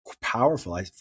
powerful